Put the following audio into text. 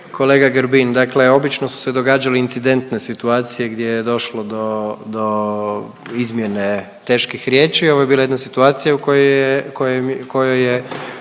Kolega Grbin, dakle obično su se događale incidentne situacije gdje je došlo do, do izmjene teških riječi, ovo je bila jedna situacija u kojoj je,